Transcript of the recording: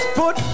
put